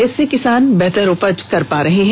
इससे किसान बेहतर उपज कर पा रहे हैं